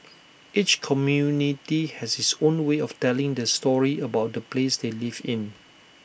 each community has its own way of telling the story about the place they live in